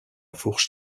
fourche